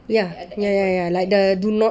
ya ya ya ya like the do not